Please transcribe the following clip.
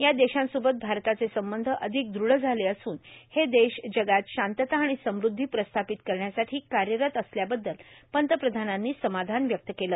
या देशांसोबत भारताचे संबंध अर्धिक दृढ झाले असून हे देश जगात शांतता आर्ाण समृद्धी प्रस्थापत करण्यासाठी कायरत असल्याबद्दल पंतप्रधानांनी समाधान व्यक्त केलं